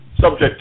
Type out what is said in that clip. Subject